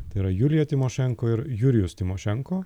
tai yra julija tymošenko ir jurijus tymošenko